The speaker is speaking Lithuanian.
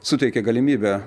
suteikė galimybę